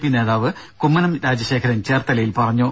P നേതാവ് കുമ്മനം രാജശേഖരൻ ചേർത്തലയിൽ പറഞ്ഞു